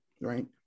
right